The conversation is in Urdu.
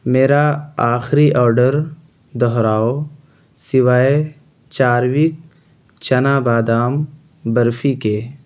میرا آخری آڈر دہراؤ سوائے چاروک چنا بادام برفی کے